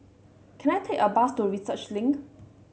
can I take a bus to Research Link